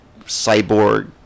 cyborg